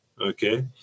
Okay